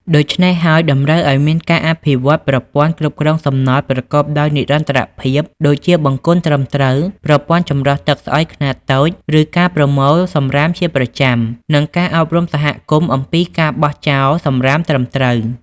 ដូច្នេះហើយ តម្រូវឱ្យមានការអភិវឌ្ឍប្រព័ន្ធគ្រប់គ្រងសំណល់ប្រកបដោយនិរន្តរភាព ដូចជាបង្គន់ត្រឹមត្រូវ ប្រព័ន្ធចម្រោះទឹកស្អុយខ្នាតតូច ការប្រមូលសំរាមជាប្រចាំ និងការអប់រំសហគមន៍អំពីការបោះចោលសំរាមត្រឹមត្រូវ។